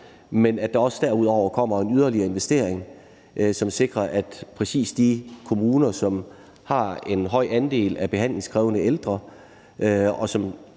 derudover kommer en yderligere investering, som sikrer, at præcis de kommuner, som har en høj andel af behandlingskrævende ældre,